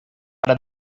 para